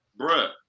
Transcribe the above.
bruh